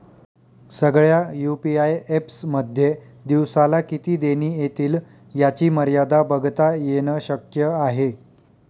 सगळ्या UPI apps मध्ये दिवसाला किती देणी एतील याची मर्यादा बघता येन शक्य आहे